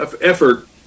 effort